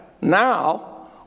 now